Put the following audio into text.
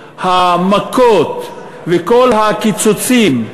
הסתייגות מס' 14 של מרצ וחד"ש לא התקבלה.